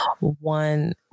one